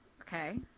okay